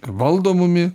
valdo mumi